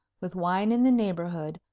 with wine in the neighbourhood,